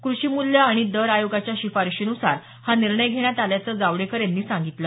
कृषी मूल्य आणि दर आयोगाच्या शिफारशीनुसार हा निर्णय घेण्यात आल्याचं जावडेकर यांनी सांगितलं